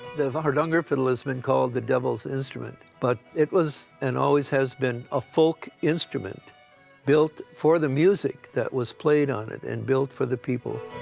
the hardanger fiddle has been called the devil's instrument, but it was and always has been a folk instrument built for the music that was played on it and built for the people.